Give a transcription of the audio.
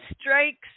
strikes